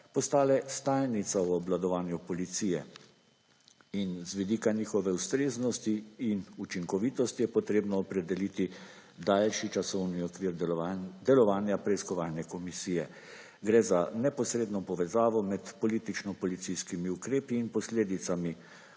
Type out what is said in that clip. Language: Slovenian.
postale stalnica v obvladovanju policije. In z vidika njihove ustreznosti in učinkovitosti je treba opredeliti daljši časovni okvir delovanja preiskovalne komisije. Gre za neposredno povezavo med politično-policijskimi ukrepi in posledicami